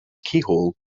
keyhole